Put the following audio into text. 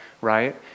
right